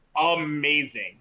amazing